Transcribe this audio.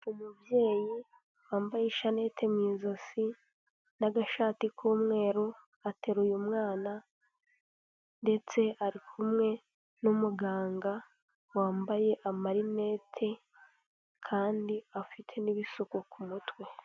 Umubyeyi wambaye ishanete mu ijosi n'agashati k'umweru ateruye umwana ndetse ari kumwe n'umuganga wambaye amarinete kandi afite n'ibisuko ku mutwe.